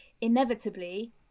inevitably